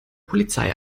polizei